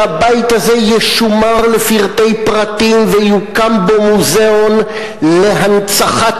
שהבית הזה ישומר לפרטי פרטים ויוקם בו מוזיאון להנצחת